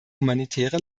humanitäre